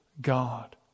God